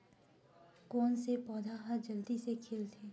कोन से पौधा ह जल्दी से खिलथे?